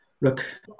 look